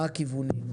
מה הכיוונים,